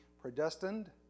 predestined